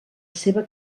seva